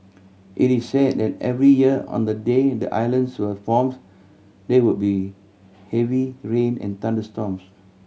it is say that every year on the day the islands were formed there would be heavy rain and thunderstorms